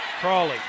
Crawley